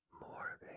more